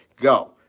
go